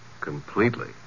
Completely